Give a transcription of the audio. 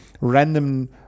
random